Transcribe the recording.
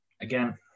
again